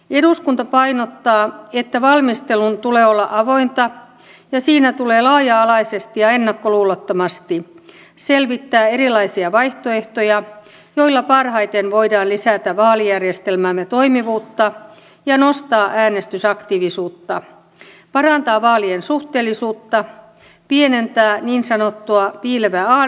eduskunta painottaa että valmistelun tulee olla avointa ja siinä tulee laaja alaisesti ja ennakkoluulottomasti selvittää erilaisia vaihtoehtoja joilla parhaiten voidaan lisätä vaalijärjestelmämme toimivuutta ja nostaa äänestysaktiivisuutta parantaa vaalien suhteellisuutta pienentää niin sanottu